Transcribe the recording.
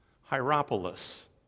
Hierapolis